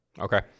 Okay